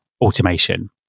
automation